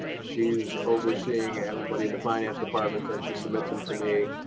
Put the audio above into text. she's overseeing everybody in the finance department, and she submits them to me